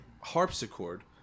harpsichord